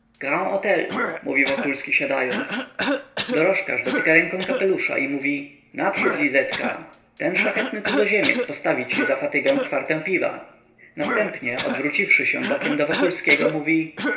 htel mówi wokulski siadając dorożkarz dotyka ręką kapelusza i woła naprzód lizetka ten szlachetny cudzoziemiec postawi ci za fatygę kwartę piwa następnie odwróciwszy się bokiem do wokulskiego mówi